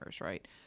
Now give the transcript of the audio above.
right